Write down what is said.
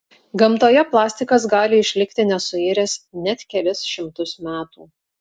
gamtoje plastikas gali išlikti nesuiręs net kelis šimtus metų